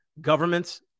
Governments